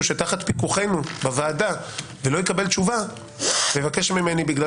שתחת פיקוחנו בוועדה ולא יקבל תשובה ויבקש ממני בגלל